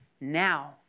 now